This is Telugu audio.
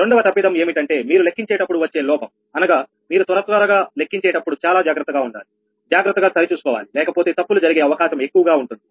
రెండవ తప్పిదం ఏమిటి అంటే మీరు లెక్కించేటప్పుడు వచ్చే లోపంఅనగా మీరు త్వరగా త్వరగా లెక్కించేటప్పుడు చాలా జాగ్రత్తగా ఉండాలి జాగ్రత్తగా సరిచూసుకోవాలి లేకపోతే తప్పులు జరిగే అవకాశం ఎక్కువగా ఉంటుంది